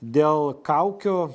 dėl kaukių